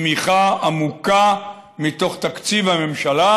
תמיכה עמוקה מתוך תקציב הממשלה.